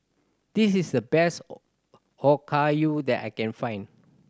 this is the best Okayu that I can find